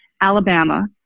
Alabama